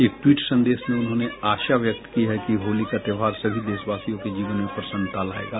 एक ट्वीट संदेश में उन्होंने आशा व्यक्त की है कि होली का त्योहार सभी देशवासियों के जीवन में प्रसन्नता लाएगा